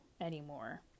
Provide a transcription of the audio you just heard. anymore